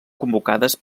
convocades